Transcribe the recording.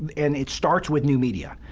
and it starts with new media.